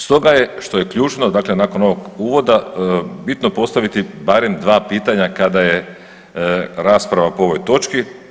Stoga je, što je ključno, dakle nakon ovog uvoda, bitno postaviti barem 2 pitanja kada je rasprava po ovoj točki.